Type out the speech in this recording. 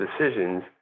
decisions